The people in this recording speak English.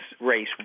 race